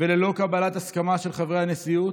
וללא קבלת הסכמה של חברי הנשיאות,